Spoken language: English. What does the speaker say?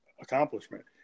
accomplishment